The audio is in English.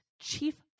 chief